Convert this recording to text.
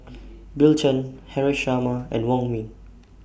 Bill Chen Haresh Sharma and Wong Ming